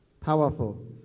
Powerful